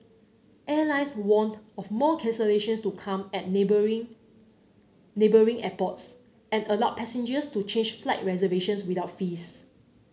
airlines warned of more cancellations to come at neighbouring neighbouring airports and allowed passengers to change flight reservations without fees